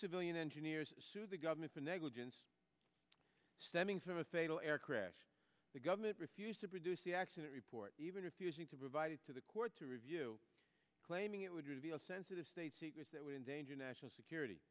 civilian engineers sued the government for negligence stemming from a fatal air crash the government refused to produce the accident report even refusing to provide it to the court to review claiming it would reveal sensitive state secrets that would endanger national security